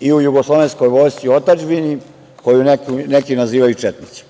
i u Jugoslovenskoj vojsci otadžbine koju neki nazivaju četnicima.